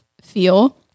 feel